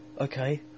Okay